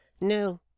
No